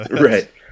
Right